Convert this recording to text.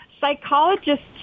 psychologists